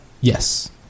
Yes